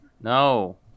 No